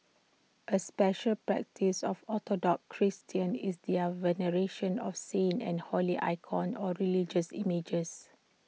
A special practice of Orthodox Christians is their veneration of saints and holy icons or religious images